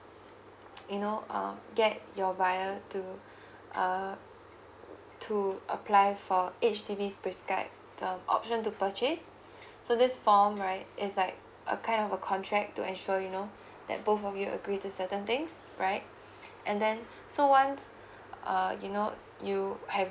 you know uh get your buyer to uh to apply for H_D_B prescribed the option to purchase so this form right it's like a kind of a contract to ensure you know that both of you agree to certain thing right and then so once err you know you have